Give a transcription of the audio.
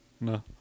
No